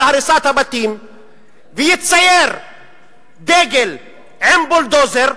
הריסת הבתים ויצייר דגל עם בולדוזר,